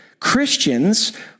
Christians